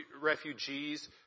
refugees